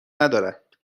ندارد